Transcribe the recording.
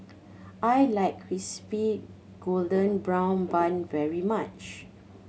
I like Crispy Golden Brown Bun very much